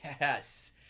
Yes